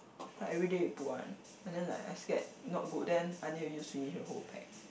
like everyday you put one but then like I scared not good then I need to use finish the whole pack